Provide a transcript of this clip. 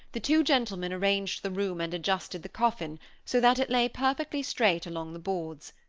the two gentlemen arranged the room and adjusted the coffin so that it lay perfectly straight along the boards,